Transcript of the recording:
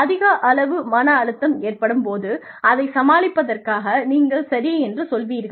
அதிக அளவு மன அழுத்தம் ஏற்படும் போது அதைச் சமாளிப்பதற்காக நீங்கள் சரி என்று சொல்கிறீர்கள்